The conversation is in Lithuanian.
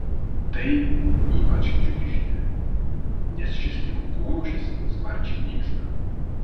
tai ypač džiugi žinia nes šis tigrų porūšis sparčiai nyksta